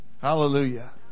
Hallelujah